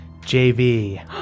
JV